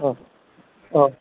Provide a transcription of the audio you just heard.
औ औ